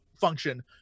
function